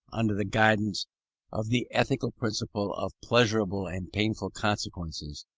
under the guidance of the ethical principle of pleasurable and painful consequences,